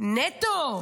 נטו?